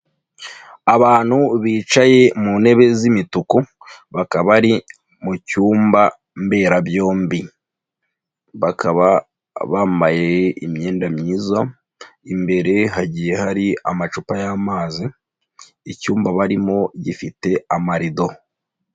Abantu bicaye mu ntebe z'imituku bakaba bari mu cyumba mberabyombi, bakaba bambaye imyenda myiza, imbere hagiye hari amacupa y'amazi, icyumba barimo gifite amarido.